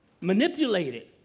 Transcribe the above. Manipulated